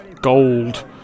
gold